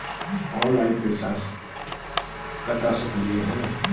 Online पैसा सटा सकलिय है?